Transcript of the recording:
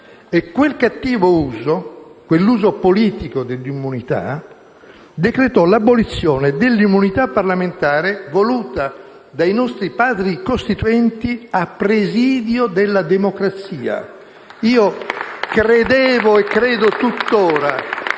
E quel cattivo uso, quell'uso politico dell'immunità, decretò l'abolizione dell'immunità parlamentare voluta dai nostri Padri costituenti a presidio della democrazia. *(Applausi dal